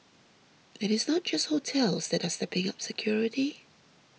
it is not just hotels that are stepping up security